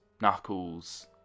knuckles